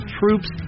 troops